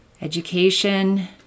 education